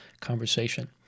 conversation